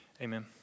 amen